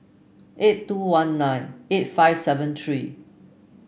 eight two one nine eight five seven three